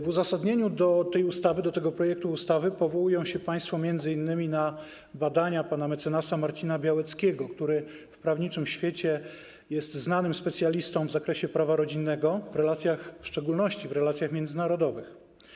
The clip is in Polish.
W uzasadnieniu tego projektu ustawy powołują się państwo m.in. na badania pana mecenasa Marcina Białeckiego, który w prawniczym świecie jest znanym specjalistą w zakresie prawa rodzinnego, w szczególności w relacjach międzynarodowych.